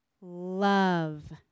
love